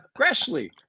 Grassley